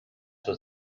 was